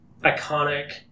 iconic